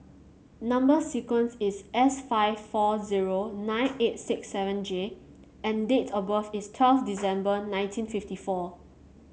number sequence is S five four zero nine eight six seven J and date of birth is twelve December nineteen fifty four